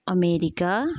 America